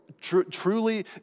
truly